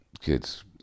kids